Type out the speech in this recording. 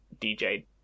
DJ